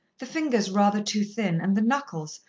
the fingers rather too thin and the knuckles,